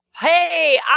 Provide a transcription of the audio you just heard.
Hey